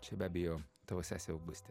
čia be abejo tavo sesė augustė